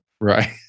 Right